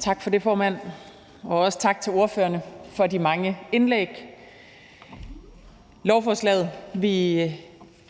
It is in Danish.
Tak for det, formand, og også tak til ordførerne for de mange indlæg. Lovforslaget, vi